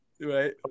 Right